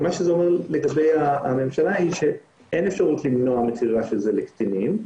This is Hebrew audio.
מה שזה אומר לגבי הממשלה הוא שאין אפשרות למנוע מכירה של זה לקטינים,